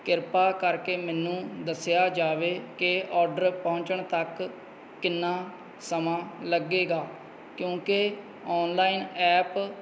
ਕਿਰਪਾ ਕਰਕੇ ਮੈਨੂੰ ਦੱਸਿਆ ਜਾਵੇ ਕਿ ਆਰਡਰ ਪਹੁੰਚਣ ਤੱਕ ਕਿੰਨਾ ਸਮਾਂ ਲੱਗੇਗਾ ਕਿਉਂਕਿ ਔਨਲਾਈਨ ਐਪ